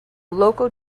local